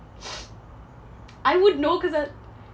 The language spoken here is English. I would know cause it